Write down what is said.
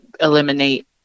eliminate